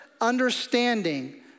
understanding